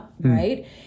right